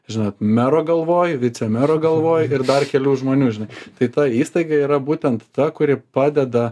žinot mero galvoj vicemero galvoj ir dar kelių žmonių žinai tai ta įstaiga yra būtent ta kuri padeda